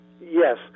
Yes